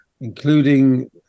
including